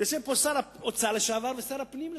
יושב פה שר האוצר לשעבר ושר הפנים לשעבר.